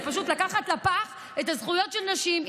זה פשוט לקחת לפח את הזכויות של נשים,